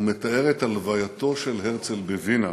הוא מתאר את הלווייתו של הרצל בווינה,